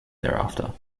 thereafter